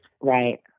Right